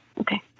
Okay